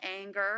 anger